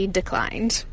declined